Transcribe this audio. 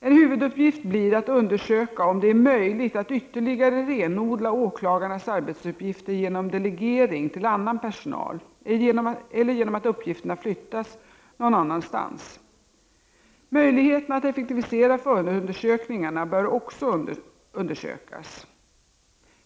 En huvuduppgift blir att undersöka om det är möjligt att ytterligare renodla åklagarnas arbetsuppgifter genom delegering till annan personal eller genom att uppgifterna flyttas någon annanstans. Möjligheterna att effektivisera förundersökningarna bör också undersökas.